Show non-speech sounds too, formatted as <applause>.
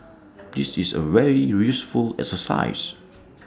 <noise> this is A very useful exercise